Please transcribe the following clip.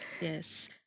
yes